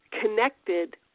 connected